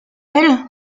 elle